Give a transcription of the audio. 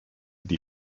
die